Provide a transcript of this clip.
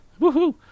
Woohoo